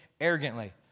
arrogantly